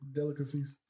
delicacies